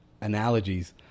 analogies